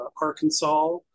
Arkansas